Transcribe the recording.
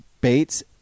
Bates